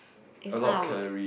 if not I would